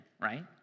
right